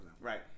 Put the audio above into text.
right